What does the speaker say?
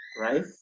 right